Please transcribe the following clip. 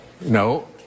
No